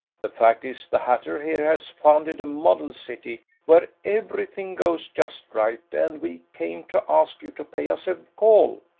the fact is the hatter here has founded a model city, where everything goes just right, and we came to ask you to pay us a call.